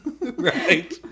Right